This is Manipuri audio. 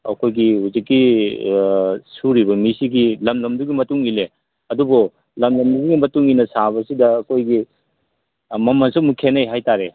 ꯑꯩꯈꯣꯏꯒꯤ ꯍꯧꯖꯤꯛꯀꯤ ꯁꯨꯔꯤꯕ ꯃꯤꯁꯤꯒꯤ ꯂꯝ ꯂꯝꯗꯨꯒꯤ ꯃꯇꯨꯡ ꯏꯜꯂꯦ ꯑꯗꯨꯕꯨ ꯂꯝ ꯂꯝꯗꯨꯒꯤ ꯃꯇꯨꯡꯏꯟꯅ ꯁꯥꯕꯁꯤꯗ ꯑꯩꯈꯣꯏꯒꯤ ꯃꯃꯟꯁꯨ ꯑꯃꯨꯛ ꯈꯦꯠꯅꯩ ꯍꯥꯏꯇꯥꯔꯦ